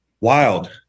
Wild